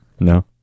No